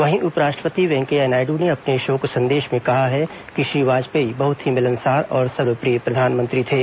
वहीं उपराष्ट्रपति वेंकैया नायडू ने अपने शोक संदेश में कहा है कि श्री वाजपेयी बहुत ही मिलनसार और सर्वप्रिय प्रधानमंत्री थे